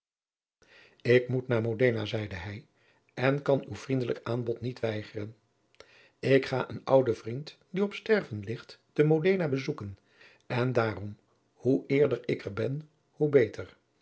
ik moet naar modena zeide hij en kan uw vriendelijk aanbod niet weigeren ik ga een ouden vriend die op sterven ligt te modena bezoeken en daarom hoe eerder ik er ben hoe beter